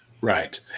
right